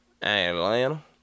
Atlanta